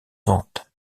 vente